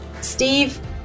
steve